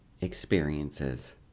experiences